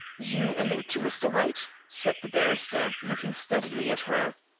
you allude to mr. white? said the barrister, looking steadily at her.